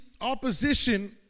opposition